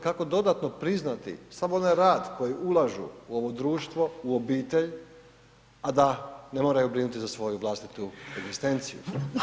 Kako dodatno priznati samo onaj rad koji ulažu u ovo društvo, u obitelj, a da ne moraju brinuti za svoju vlastitu egzistenciju?